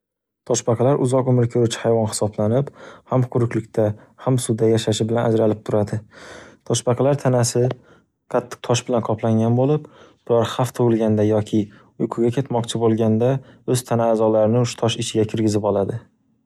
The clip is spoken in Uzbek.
Toshbaqalar uzoq umr ko'ruvchi hayvon hisoblanib, ham quruqlikda, ham suvda yashashi bilan ajralib turadi. Toshbaqalar tanasi qattiq tosh bilan qoplangan bo'lib, biror xavf tug'ilganda yoki uyquga ketmoqchi bo'lganda o'z tana a'zolarini tosh ichiga kirgizib oladi.